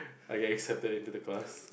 I get accepted into the class